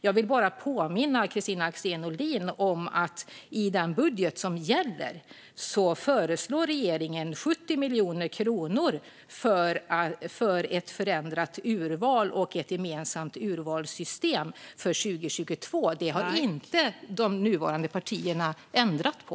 Jag vill bara påminna Kristina Axén Olin om att i gällande budget föreslår regeringen 70 miljoner kronor för ett förändrat urval och ett gemensamt urvalssystem för 2022. Det har inte de nuvarande partierna ändrat på.